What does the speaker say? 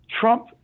Trump